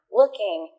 looking